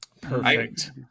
Perfect